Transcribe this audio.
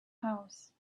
house